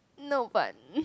no but